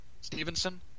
Stevenson